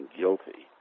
guilty